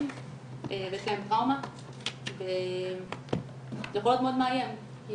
ויש להן טראומה זה יכול להיות מאוד מאיים.